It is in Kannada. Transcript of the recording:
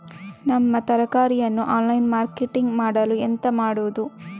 ನಮ್ಮ ತರಕಾರಿಯನ್ನು ಆನ್ಲೈನ್ ಮಾರ್ಕೆಟಿಂಗ್ ಮಾಡಲು ಎಂತ ಮಾಡುದು?